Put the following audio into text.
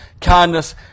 kindness